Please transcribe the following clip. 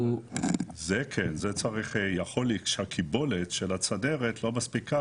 יכול להיות שהקיבולת של הצנרת לא מספיקה